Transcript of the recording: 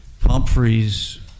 Pumphrey's